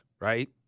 right